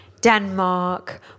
Denmark